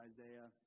Isaiah